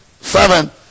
seven